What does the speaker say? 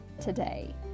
today